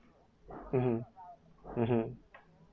mmhmm mmhmm